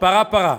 פרה-פרה.